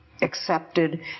accepted